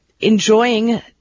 enjoying